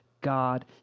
God